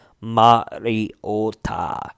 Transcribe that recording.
Mariota